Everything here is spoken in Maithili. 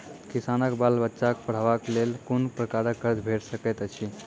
किसानक बाल बच्चाक पढ़वाक लेल कून प्रकारक कर्ज भेट सकैत अछि?